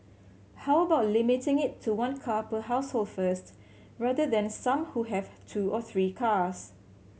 how about limiting it to one car per household first rather than some who have two or three cars